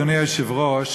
אדוני היושב-ראש,